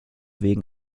wegen